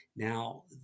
Now